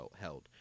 held